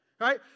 right